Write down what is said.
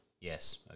yes